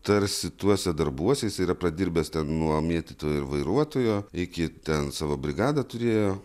tarsi tuose darbuose jisai yra pradirbęs ten nuo mėtytojo ir vairuotojo iki ten savo brigadą turėjo